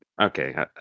Okay